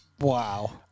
Wow